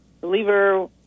believer